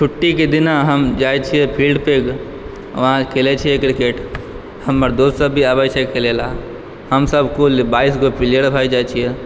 छुट्टी के दिना हम जाइ छियै फ़ील्ड के वहाँ खेलै छियै क्रिकेट हमर दोस्त सब भी आबै छै खेलै लए हमसब कुल बाइस गो प्लेयर भए जाइ छियै